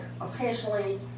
occasionally